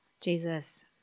Jesus